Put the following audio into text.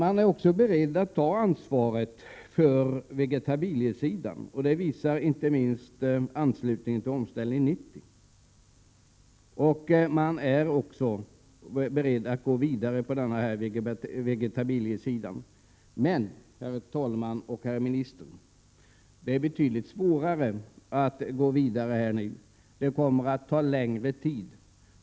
De är också beredda att ta ansvaret för vegetabiliesidan. Det visar inte minst anslutningen till Omställning 90. De är dessutom beredda att gå vidare på vegetabiliesidan men, herr talman och herr minister, det är betydligt svårare att gå vidare här. Det kommer att ta längre tid.